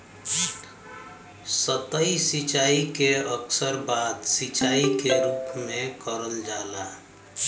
सतही सिंचाई के अक्सर बाढ़ सिंचाई के रूप में करल जाला